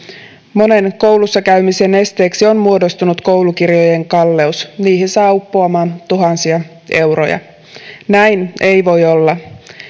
monen koulussa käymisen esteeksi on muodostunut koulukirjojen kalleus niihin saa uppoamaan tuhansia euroja näin ei voi olla